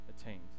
attained